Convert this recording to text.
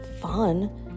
fun